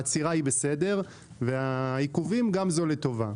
העצירה היא בסדר והעיכובים גם זו לטובה.